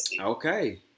Okay